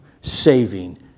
saving